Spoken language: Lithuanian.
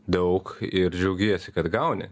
daug ir džiaugiesi kad gauni